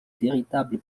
véritable